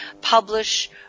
publish